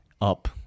up